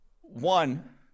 One